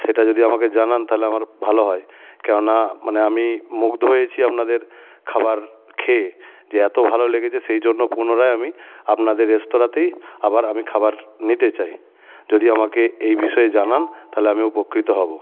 সেটা যদি আমাকে জানান তাহলে আমার ভালো হয় কেন না মানে আমি মুগ্ধ হয়েছি আপনাদের খাবার খেয়ে যে এতো ভালো লেগেছে সেই জন্য পুনরায় আমি আপনাদের রেস্তোরাঁতেই আবার আমি খাবার নিতে চাই যদি আমাকে এই বিষয়ে জানান তাহলে আমি উপকৃত হবো